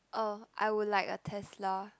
oh I would like a Tesla